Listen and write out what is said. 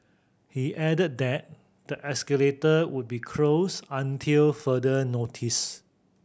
he added that the escalator would be closed until further notice